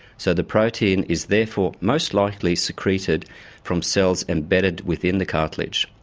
so the protein is therefore most likely secreted from cells embedded within the cartilage,